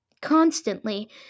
constantly